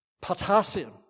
potassium